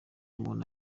umuntu